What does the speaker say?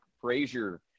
Frazier